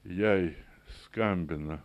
jei skambina